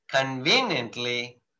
conveniently